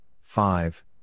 five